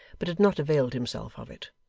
but had not availed himself of it.